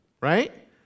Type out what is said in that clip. right